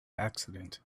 accident